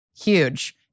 Huge